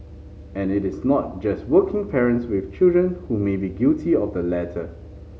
and it is not just working parents with children who may be guilty of the latter